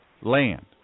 land